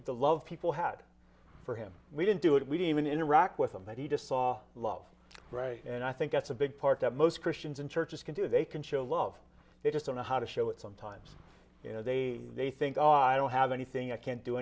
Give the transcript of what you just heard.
the love people had for him we didn't do it we didn't even interact with him that he just saw love and i think that's a big part that most christians and churches can do they can show love they just don't know how to show it sometimes you know they may think oh i don't have anything i can't do